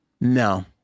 no